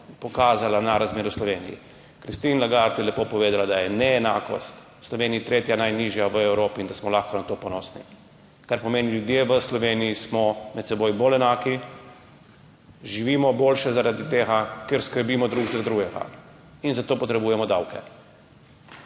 pokazala na razmere v Sloveniji, Christine Lagarde je lepo povedala, da je neenakost v Sloveniji tretja najnižja v Evropi in da smo lahko na to ponosni. Kar pomeni, da smo ljudje v Sloveniji med seboj bolj enaki, živimo boljše zaradi tega, ker skrbimo drug za drugega, za to pa potrebujemo davke.